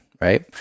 right